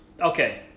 Okay